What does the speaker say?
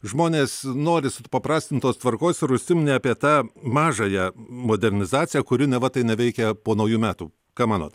žmonės nori supaprastintos tvarkos ir užsiminė apie tą mažąją modernizaciją kuri neva tai neveikia po naujų metų ką manot